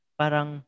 parang